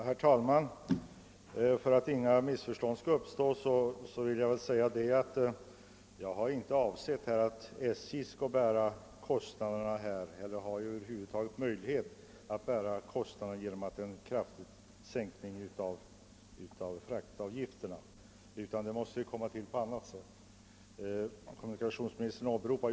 Herr talman! För att inga missförstånd skall uppstå vill jag framhålla att jag inte har avsett att SJ skall bära kostnaderna för en kraftig sänkning av fraktavgifterna eller över huvud taget har möjlighet att göra detta.